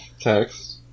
text